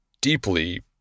deeply